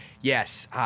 yes